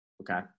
okay